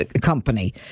company